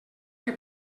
que